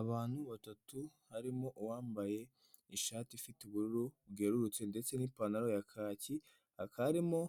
Abantu batatu harimo uwambaye ishati ifite ubururu bweruhurutse ndetse n'ipantaro ya kaki akarimo